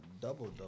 double-double